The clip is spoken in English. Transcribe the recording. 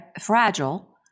fragile